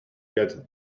get